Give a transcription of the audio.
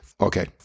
okay